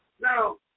now